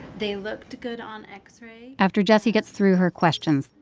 they looked good on x-ray after jessie gets through her questions,